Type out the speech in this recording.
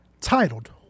Titled